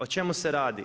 O čemu se radi?